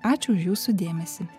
ačiū už jūsų dėmesį